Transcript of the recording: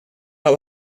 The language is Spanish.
las